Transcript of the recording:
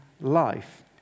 life